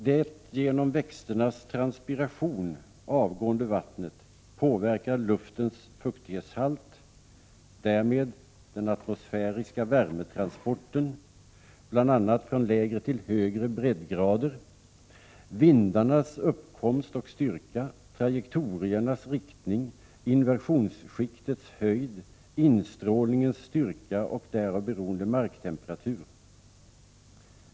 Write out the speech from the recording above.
Det genom växternas transpiration avgående vattnet påverkar luftens fuktighetshalt, därmed den atmosfäriska värmetransporten, bl.a. från lägre till högre breddgrader — vindarnas uppkomst och styrka, trajektoriernas riktning, inversionsskiktets höjd, instrålningens styrka och därav beroende marktemperatur.